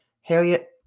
Harriet